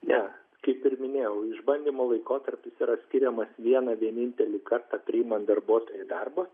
ne kaip ir minėjau išbandymo laikotarpis yra skiriamas vieną vienintelį kartą priimant darbuotoją į darbą